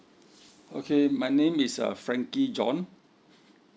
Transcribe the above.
okay my name is uh frankie john